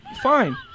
fine